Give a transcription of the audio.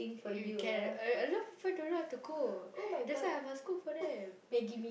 you can a a lot of people don't know how to cook that's why I must cook for them